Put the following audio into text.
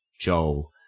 Joel